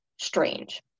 strange